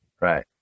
Right